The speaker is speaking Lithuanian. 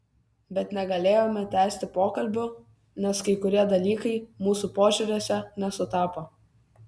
bet negalėjome tęsti pokalbių nes kai kurie dalykai mūsų požiūriuose nesutapo